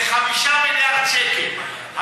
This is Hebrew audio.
זה 5 מיליארד שקל,